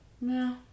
No